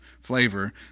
flavor